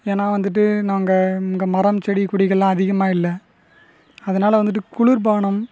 ஏன்னால் வந்துட்டு நாங்கள் இங்ககே மரம் செடி கொடிகளெலாம் அதிகமாக இல்லை அதனாலே வந்துட்டு குளிர்பானம்